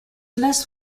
less